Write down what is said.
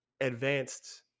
advanced